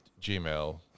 gmail